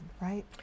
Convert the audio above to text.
right